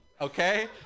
okay